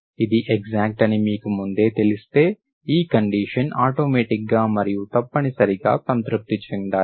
ఇది ఎక్సాక్ట్ అని మీకు ముందే తెలిస్తే ఈ కండిషన్ ఆటోమేటిక్ గా మరియు తప్పనిసరిగా సంతృప్తి చెందాలి